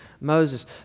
Moses